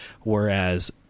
whereas